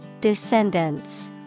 Descendants